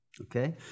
okay